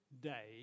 day